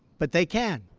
but they can,